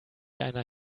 einer